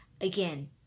again